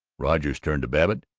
rogers turned to babbitt.